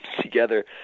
together